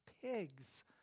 pigs